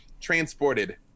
transported